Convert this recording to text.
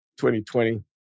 2020